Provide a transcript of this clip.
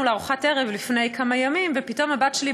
לארוחת ערב לפני כמה ימים ופתאום הבת שלי,